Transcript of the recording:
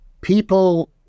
people